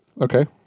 okay